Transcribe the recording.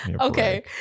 Okay